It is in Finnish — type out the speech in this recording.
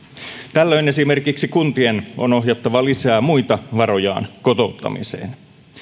tällöin esimerkiksi kuntien on ohjattava lisää muita varojaan kotouttamiseen